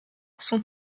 sont